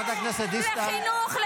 15 חברי קואליציה משתמטים, אתם משתמטים.